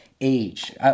age